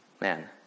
Man